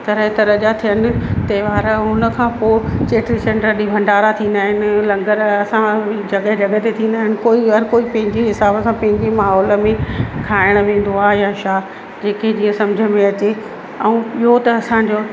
तरह तरह जा थियन त्योहार उनखां पोइ चेटी चंड ॾींहुं भंडारा थींदा आहिनि लंगर असां जॻह जॻह ते थींदा आहिनि कोई हर कोई पंहिंजे हिसाब सां पंहिंजे माहोल में खाइण वेंदो आहे या छा जंहिंखे जीअं सम्झि में अचे ऐं ॿियो त असांजो